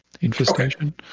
infestation